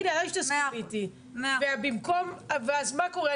אז מה קורה?